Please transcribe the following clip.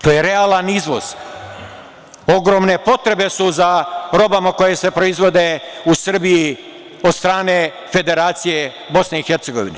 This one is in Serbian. To je realan izvoz, ogromne potrebe su za robama koje se proizvode u Srbiji od strane Federacije BiH.